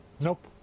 nope